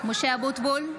(קוראת בשמות חברי הכנסת) משה אבוטבול,